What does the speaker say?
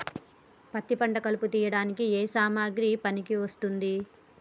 పత్తి పంట కలుపు తీయడానికి ఏ సామాగ్రి పనికి వస్తుంది?